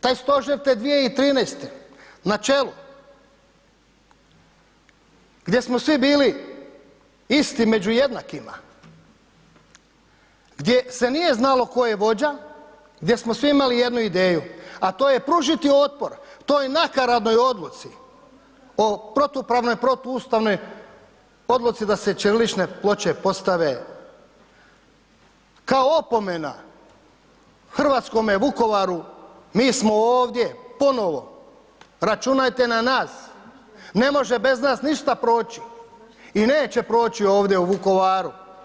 Taj stožer te 2013. na čelu gdje smo svi bili isti među jednakima, gdje se nije znalo tko je vođa, gdje smo svi imali jednu ideju a to je pružiti otpor toj nakaradnoj odluci o protupravnoj, protuustavnoj odluci da se ćirilične ploče postave kao opomena hrvatskome Vukovaru, mi smo ovdje ponovo, računajte na nas, ne može bez nas ništa proći i neće proći ovdje u Vukovaru.